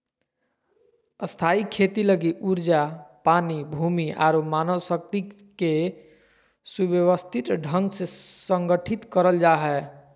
स्थायी खेती लगी ऊर्जा, पानी, भूमि आरो मानव शक्ति के सुव्यवस्थित ढंग से संगठित करल जा हय